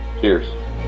Cheers